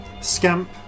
Scamp